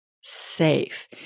safe